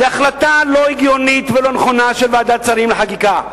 זאת החלטה לא הגיונית ולא נכונה של ועדת שרים לחקיקה.